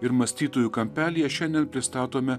ir mąstytojų kampelyje šiandien pristatome